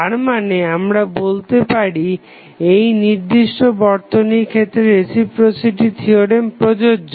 তারমানে আমরা বলতে পারি এই নির্দিষ্ট বর্তনীর ক্ষেত্রে রেসিপ্রোসিটি থিওরেম প্রযোজ্য